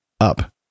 up